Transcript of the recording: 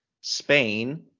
spain